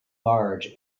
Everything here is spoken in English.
large